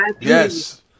Yes